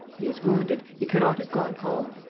he is wounded. he cannot have gone home.